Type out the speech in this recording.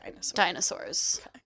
Dinosaurs